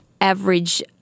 average